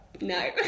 No